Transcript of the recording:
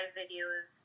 videos